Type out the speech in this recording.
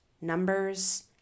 numbers